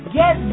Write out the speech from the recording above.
get